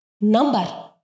number